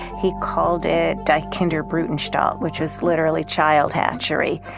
he called it die kinder-brutanstalt which was literally child hatchery.